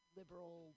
liberal